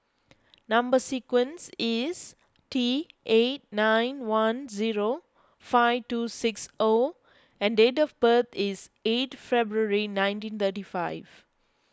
Number Sequence is T eight nine one zero five two six O and date of birth is eight February nineteen thirty five